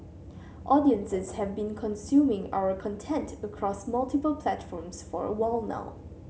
audiences have been consuming our content across multiple platforms for a while now